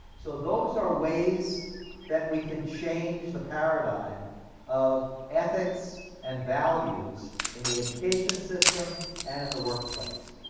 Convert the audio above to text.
so those are ways that we can change the paradigm of ethics and values in the education system and in the workplace,